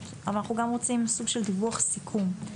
ואנחנו גם רוצים סוג של דיווח סיכום,